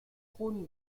trône